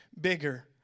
bigger